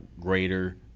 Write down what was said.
greater